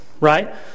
right